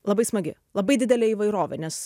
labai smagi labai didelė įvairovė nes